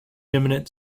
eminent